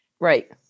Right